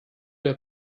der